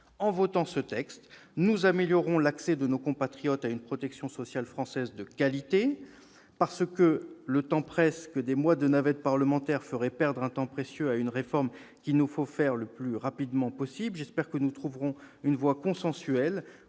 En votant ce texte, nous améliorerons l'accès de nos compatriotes à une protection sociale française de qualité. Parce que le temps presse, que des mois de navette parlementaire feraient perdre un temps précieux à une réforme qu'il nous faut engager le plus rapidement possible, j'espère que nous trouverons une voie consensuelle